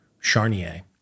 Charnier